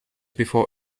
before